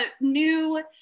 new